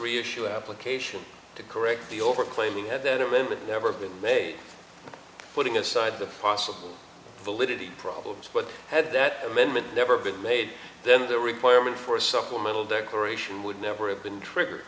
issue application to correct the over claim we had that it will never been made putting aside the possible validity problems but had that amendment never been made then the requirement for a supplemental declaration would never have been trigger